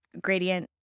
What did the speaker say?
Gradient